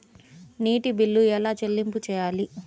నీటి బిల్లు ఎలా చెల్లింపు చేయాలి?